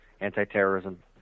anti-terrorism